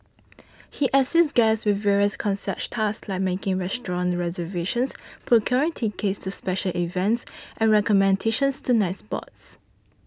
he assists guests with various concierge tasks like making restaurant reservations procuring tickets to special events and recommendations to nightspots